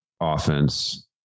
offense